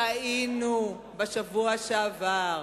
טעינו בשבוע שעבר,